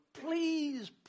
please